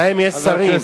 להם יש שרים,